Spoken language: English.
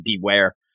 beware